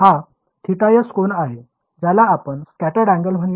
हा θs कोन आहे ज्याला आपण स्काटेर्ड अँगल म्हणूया